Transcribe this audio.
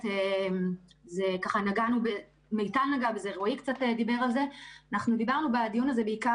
אנחנו מזהים בעיקר